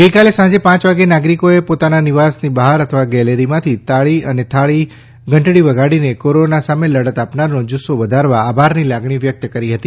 ગઈકાલે સાંજે પાંચ વાગે નાગરિકોએ પોતાના નિવાસની બહાર અથવા ગેલેરીમાંથી તાળી અને થાળી ઘંટડી વગાડીને કોરોના સામે લડત આપનારનો જુસ્સો વધારવા આભારની લાગણી વ્યક્ત કરી હતી